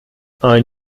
ein